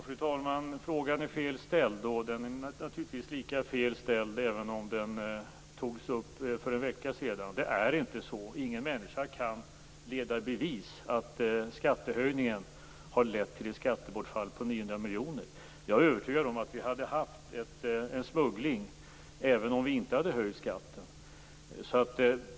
Fru talman! Frågan är fel ställd, och den är naturligtvis lika fel ställd även om den togs upp för en vecka sedan. Det är inte på det sättet. Ingen människa kan leda i bevis att skattehöjningen har lett till ett skattebortfall på 900 miljoner kronor. Jag är övertygad om att vi hade haft en smuggling även om vi inte hade höjt skatten.